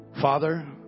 Father